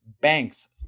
banks